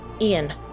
ian